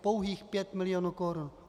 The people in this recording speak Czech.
Pouhých 5 milionů korun.